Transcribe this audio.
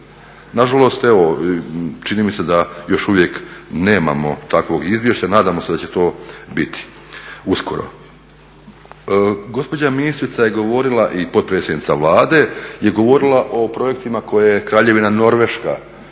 Nažalost, evo čini mi se da još uvijek nemamo takvog izvješća. Nadamo se da će to biti uskoro. Gospođa ministrica i potpredsjednica Vlade je govorila o projektima koje je Kraljevina Norveška